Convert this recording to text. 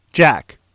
Jack